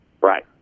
Right